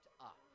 up